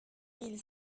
mille